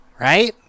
Right